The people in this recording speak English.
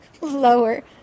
lower